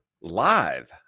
Live